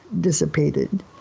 dissipated